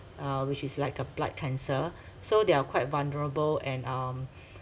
uh which is like a blood cancer so they are quite vulnerable and um